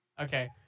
Okay